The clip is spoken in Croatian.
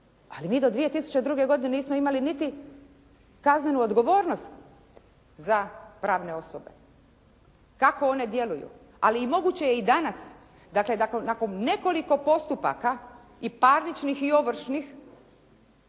Ali mi do 2002. godine nismo imali niti kaznenu odgovornost za pravne osobe. Kako one djeluju? Ali i moguće je i danas, dakle nakon nekoliko postupaka i parničnih i ovršnih,